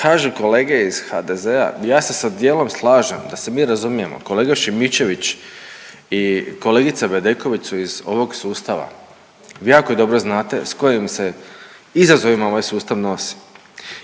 kaže kolege iz HDZ-a ja se sa dijelom slažem da se mi razumijemo, kolega Šimičević i kolegica Bedeković su iz ovog sustava, vi jako dobro znate s kojim se izazovima ovaj sustav nosi